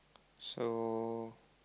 so